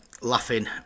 laughing